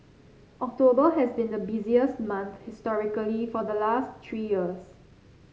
October has been the busiest month historically for the last three years